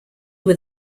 were